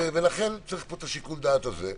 לכן צריך פה את שיקול הדעת הזה.